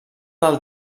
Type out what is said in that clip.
del